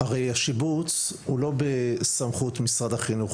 הרי השיבוץ הוא לא בסמכות משרד החינוך,